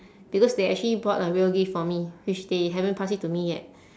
because they actually bought a real gift for me which they haven't pass it to me yet